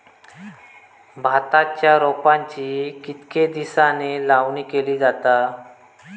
भाताच्या रोपांची कितके दिसांनी लावणी केली जाता?